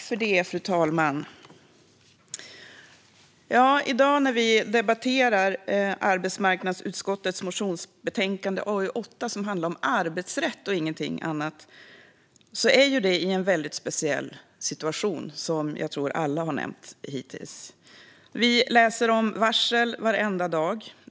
Fru talman! När vi i dag debatterar arbetsmarknadsutskottets motionsbetänkande AU8, som handlar om arbetsrätt och inget annat, sker det i en väldigt speciell situation. Vi läser om varsel varenda dag.